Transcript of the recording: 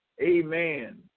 Amen